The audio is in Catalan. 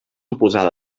oposada